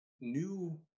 new